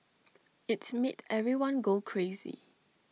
it's made everyone go crazy